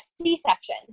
c-section